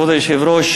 כבוד היושב-ראש,